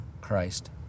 Christ